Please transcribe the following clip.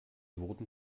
wurden